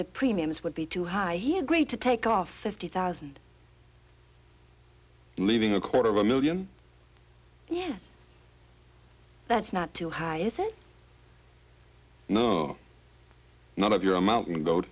the premiums would be too high he agreed to take off fifty thousand leaving a quarter of a million yeah that's not too high is it no not if you're a mountain goat